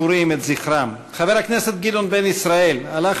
זכרם: חבר הכנסת לשעבר גדעון בן-ישראל הלך